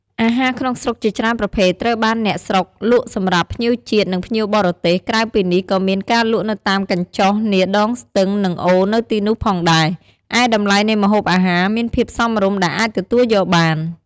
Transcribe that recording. អាហារក្នុងស្រុកជាច្រើនប្រភេទត្រូវបានអ្នកស្រុកលក់សម្រាប់ ភ្ញៀវជាតិ និងភ្ញៀវបរទេស ក្រៅពីនេះក៏មានការលក់នៅតាមកញ្ចុះនាដងស្ទឹងនឹងអូរនៅទីនោះផងដែរ ឯតម្លៃនៃម្ហូបអាហារមានភាពសមរម្យដែលអាចទទួលយកបាន។